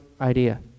idea